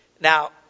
Now